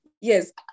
Yes